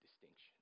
distinction